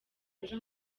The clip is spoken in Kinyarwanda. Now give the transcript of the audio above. ejo